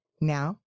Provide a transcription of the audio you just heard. Now